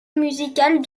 musicale